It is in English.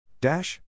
Dash